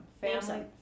Family